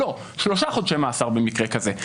לא, שלושה חודשי מאסר במקרה כזה.